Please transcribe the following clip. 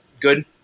good